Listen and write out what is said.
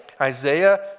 Isaiah